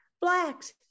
Blacks